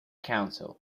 council